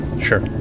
Sure